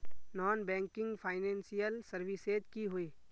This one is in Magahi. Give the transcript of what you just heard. नॉन बैंकिंग फाइनेंशियल सर्विसेज की होय?